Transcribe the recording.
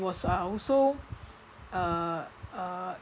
was uh also uh uh